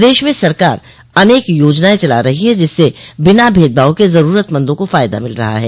प्रदेश में सरकार अनेक योजनाएं चला रही है जिससे बिना भेदभाव के जरूरतमंदों को फ़ायदा मिल रहा है